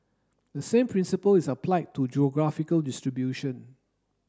the same principle is applied to geographical distribution